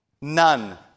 None